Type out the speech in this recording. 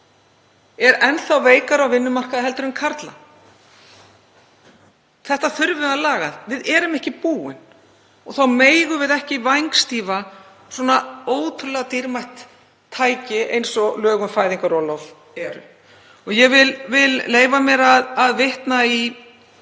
er enn þá veikari á vinnumarkaði en karla. Við þurfum að laga það. Við erum ekki búin og þá megum við ekki vængstýfa svona ótrúlega dýrmætt tæki eins og lög um fæðingarorlof eru. Ég vil leyfa mér að vitna í